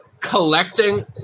collecting